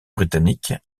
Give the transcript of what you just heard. britannique